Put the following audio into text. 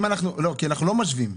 כי אנחנו לא משווים.